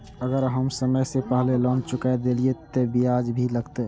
अगर हम समय से पहले लोन चुका देलीय ते ब्याज भी लगते?